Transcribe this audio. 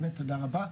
באמת תודה רבה,